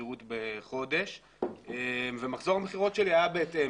שכירות בחודש ומחזור המכירות שלי היה בהתאם.